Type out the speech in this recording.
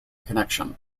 connection